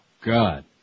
God